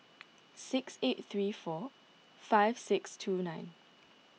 six eight three four five six two nine